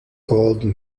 gold